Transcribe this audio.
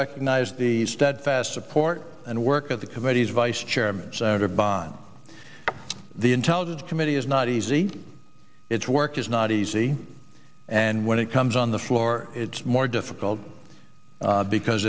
recognize the steadfast support and work of the committee's vice chairman senator bond the intelligence committee is not easy its work is not easy and when it comes on the floor it's more difficult because